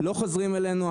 לא חוזרים אלינו.